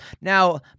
Now